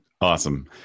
Awesome